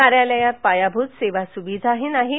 कार्यालयात पायाभूत सेवासुविधा नाहीत